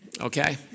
okay